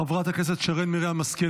חברת הכנסת שרן השכל,